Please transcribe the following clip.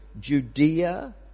Judea